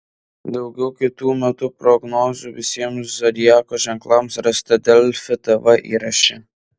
daugiau kitų metų prognozių visiems zodiako ženklams rasite delfi tv įraše